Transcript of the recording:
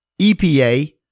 EPA